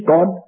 God